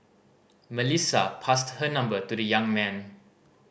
Melissa passed her number to the young man